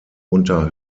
unter